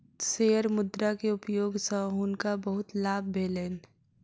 share मुद्रा के उपयोग सॅ हुनका बहुत लाभ भेलैन